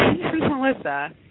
Melissa